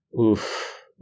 Oof